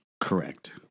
Correct